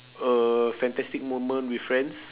a fantastic moment with friends